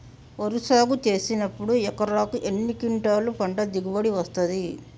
వరి సాగు చేసినప్పుడు ఎకరాకు ఎన్ని క్వింటాలు పంట దిగుబడి వస్తది?